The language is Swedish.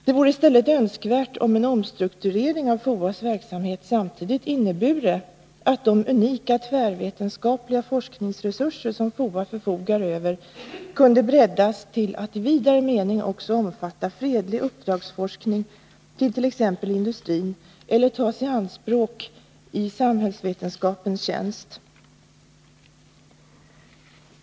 Det vore i stället önskvärt om en omstrukturering av FOA:s verksamhet samtidigt innebure att de unika tvärvetenskapliga forskningsresurser som FOA förfogar över kunde breddas till att i vidare mening också omfatta fredlig uppdragsforskning för t.ex. industrin eller tas i anspråk i samhällsvetenskapens tjänst.